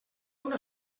una